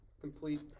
complete